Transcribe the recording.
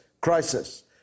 crisis